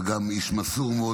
אבל גם איש מסור מאוד,